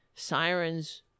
Sirens